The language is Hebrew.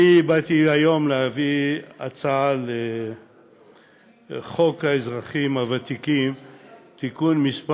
אני באתי היום להציג את הצעת חוק האזרחים הוותיקים (תיקון מס'